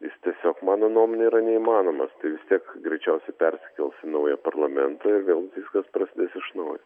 jis tiesiog mano nuomone yra neįmanomas tai vis tiek greičiausiai persikels į naują parlamentą ir vėl viskas prasidės iš naujo